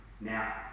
Now